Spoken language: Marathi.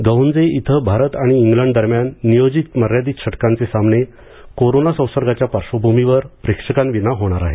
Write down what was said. गहुंजे इथं भारत आणि इंग्लंड दरम्यान नियोजित मर्यादित षटकांचे सामने कोरोना संसर्गाच्या पार्श्वभूमीवर प्रेक्षकांविना होणार आहेत